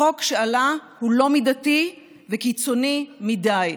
החוק שעלה הוא לא מידתי וקיצוני מדי,